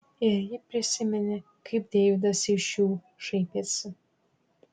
ir ji prisiminė kaip deividas iš jų šaipėsi